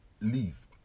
leave